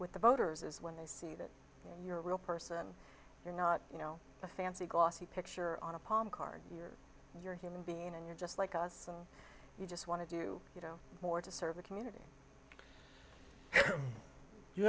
with the voters as when they see that you're a real person you're not you know a fancy glossy picture on a palm card you're you're a human being and you're just like us you just want to do you know more to serve the community you